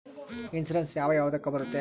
Insurance ಯಾವ ಯಾವುದಕ್ಕ ಬರುತ್ತೆ?